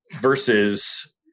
versus